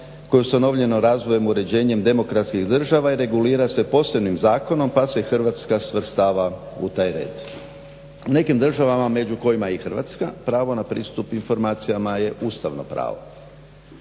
koje je ustanovljeno razvojem uređenjem demokratskih država i regulira se posebnim zakonom pa se Hrvatska svrstava u taj red. U nekim država među kojima je i Hrvatska pravo na pristup informacijama je ustavno pravo.